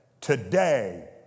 today